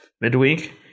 midweek